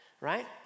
right